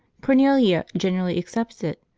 cornelia generally accepts it,